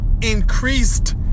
increased